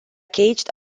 caged